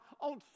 on